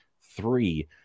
three